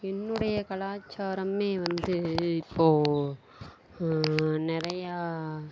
என்னுடைய கலாச்சாரமே வந்து இப்போது நிறையா